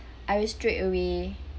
I will straight away